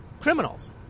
criminals